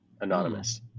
Anonymous